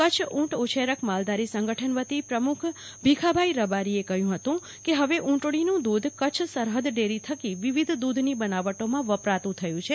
કચ્છ ઊંટ ઉછેરક માલધારી સંગઠન વતી પ્રમુખ ભીખાભાઈ રબારીએ કહ્યું કેહવે ઊંટડીનું દૂધ કચ્છ સરહદ ડેરી થકી વિવિધ દૂધની બનાવટોમાં વપરાતું થયું છે